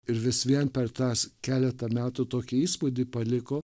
ir vis vien per tas keletą metų tokį įspūdį paliko